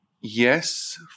yes